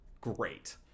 great